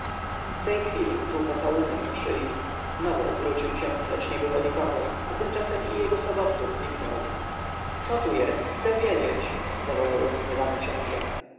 w tej chwili uczuł pocałunek na szyi znowu odwrócił się lecz nie było nikogo a tymczasem i jego sobowtór zniknął kto tu jest chcę wiedzieć zawołał rozgniewany książę